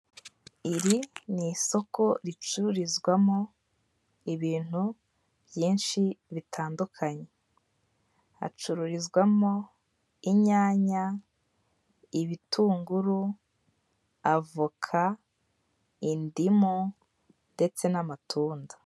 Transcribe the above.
Iri ni isoko ricururizwamo ibintu byinshi bitandukanye, hacururizwamo inyanya, ibitunguru avoka, indimu ndetse n'amatunda.